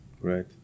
Right